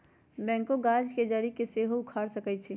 backhoe गाछ के जड़ी के सेहो उखाड़ सकइ छै